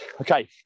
Okay